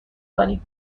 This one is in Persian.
کنیم